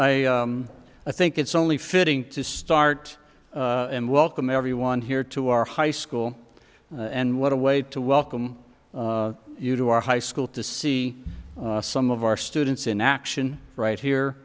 right i think it's only fitting to start and welcome everyone here to our high school and what a way to welcome you to our high school to see some of our students in action right here